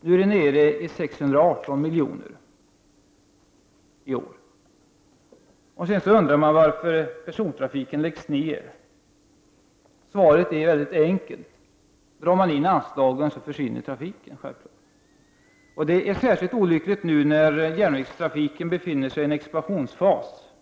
Nu är det nere i 618 miljoner. Sedan undrar människor varför persontrafiken läggs ner. Svaret är ju enkelt: Drar man in anslagen försvinner självfallet trafiken. Det är särskilt olyckligt nu när järnvägstrafiken befinner sig i en expansionsfas.